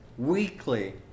Weekly